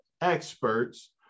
experts